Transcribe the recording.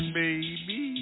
baby